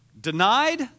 denied